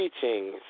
teachings